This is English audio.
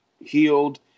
healed